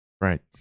Right